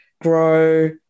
grow